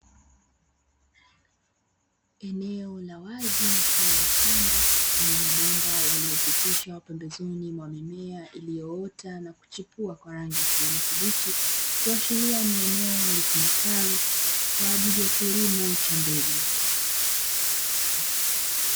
Eneo la wazi mfano wa shamba lenye mabomba, yaliyopitishwa pembezoni mwa mimea iliyoota na kuchipua kwa rangi ya kijani kibichi kuashiria ni eneo litumikalo kwa ajili ya kilimo cha mbegu.